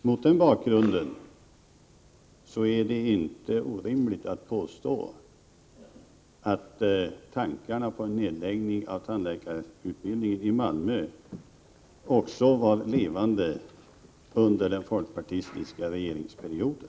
Mot den bakgrunden är det inte orimligt att påstå att tankarna på en nedläggning av tandläkarutbildningen i Malmö också var levande under den folkpartistiska regeringsperioden.